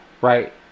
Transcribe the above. Right